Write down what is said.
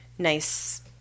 nice